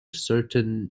certain